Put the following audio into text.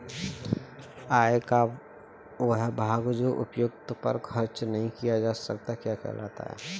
आय का वह भाग जो उपभोग पर खर्च नही किया जाता क्या कहलाता है?